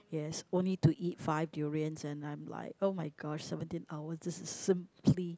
yes only to eat five durians and I'm like oh-my-god seventeen hour this is simply